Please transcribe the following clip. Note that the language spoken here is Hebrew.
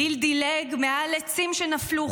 הפיל דילג מעל עצים שנפלו,